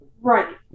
Right